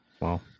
Wow